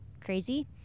crazy